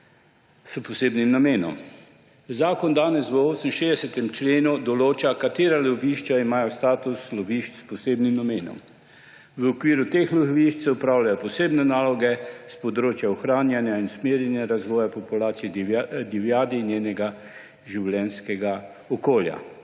s posebnim namenom. Zakon danes v 68. členu določa, katera lovišča imajo status lovišč s posebnim namenom. V okviru teh lovišč se opravljajo posebne naloge s področja ohranjanja in usmerjanja razvoja populacij divjadi in njenega življenjskega okolja.